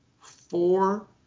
four –